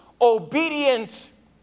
obedience